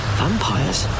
vampires